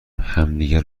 همدیگه